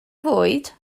fwyd